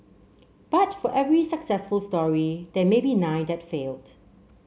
but for every successful story there may be nine that failed